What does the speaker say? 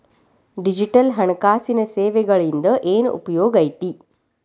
digital ಹಣಕಾಸಿನ ಸೇವೆಗಳಿಂದ ಏನ್ ಉಪಯೋಗೈತಿ